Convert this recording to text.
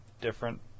different